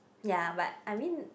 ya but I mean